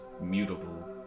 Mutable